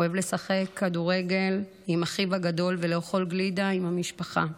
אוהב לשחק כדורגל עם אחיו הגדול ולאכול גלידה עם המשפחה,